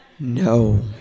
No